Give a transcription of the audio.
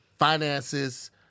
finances